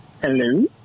Hello